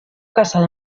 casado